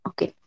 Okay